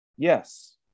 Yes